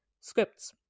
scripts